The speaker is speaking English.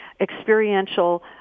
experiential